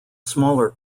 smaller